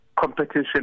competition